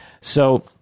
So-